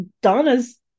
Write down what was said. Donna's